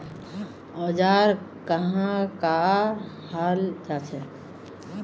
औजार कहाँ का हाल जांचें?